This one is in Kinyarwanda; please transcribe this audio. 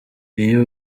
iyo